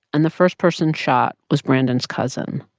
and the first person shot was brandon's cousin,